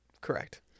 Correct